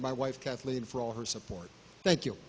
to my wife kathleen for all her support thank you